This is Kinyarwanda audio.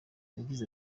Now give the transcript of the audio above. yagize